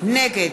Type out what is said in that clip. נגד